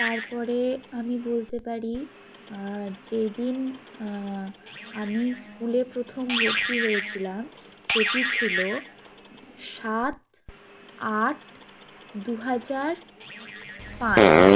তার পরে আমি বলতে পারি যেদিন আমি স্কুলে প্রথম ভর্তি হয়েছিলাম সেটি ছিল সাত আট দুহাজার পাঁচ